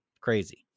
Crazy